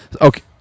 Okay